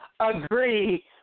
agree